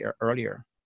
earlier